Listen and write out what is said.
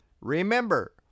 Remember